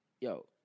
yo